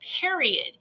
period